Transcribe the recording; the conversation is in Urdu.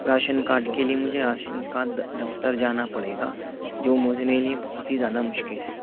راشن کارڈ کے لیے مجھے راشن کا دفتر جانا پڑے گا جو میرے لیے بہت ہی زیادہ مشکل ہے